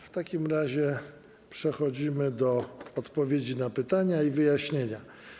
W takim razie przechodzimy do odpowiedzi na pytania i wyjaśnienia.